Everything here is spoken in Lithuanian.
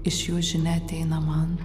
iš jų žinia ateina man